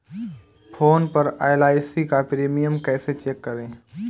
Phone पर LIC का premium कैसे चेक करें?